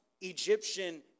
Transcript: Egyptian